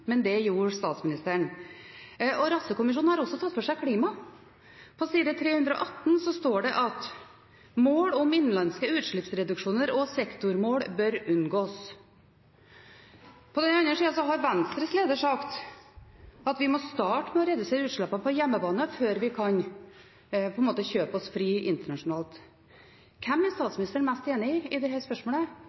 men det gjorde statsministeren. Rattsø-kommisjonen har også tatt for seg klima. På side 318 står det: «Mål om innenlandske utslippsreduksjoner og sektormål bør unngås.» På den andre siden har Venstres leder sagt at vi må starte med å redusere utslippene på hjemmebane før vi kan kjøpe oss fri internasjonalt. Hvem er statsministeren mest enig med i dette spørsmålet – Rattsø i